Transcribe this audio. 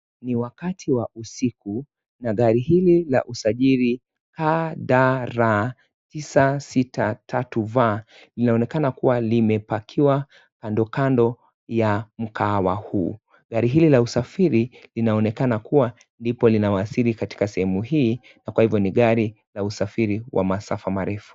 Ni wakati wa usiku na gari hili la usajili KDR 963V inaonekana kuwa limepakiwa kando ya mkahawa huu. Linaonekana kuwasili usiku na kwa hivyo ni gari la masafa marefu.